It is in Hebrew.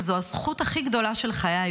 וזו הזכות הכי גדולה של חיי,